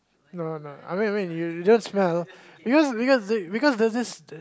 no no no I mean I mean you just smell because because because there's this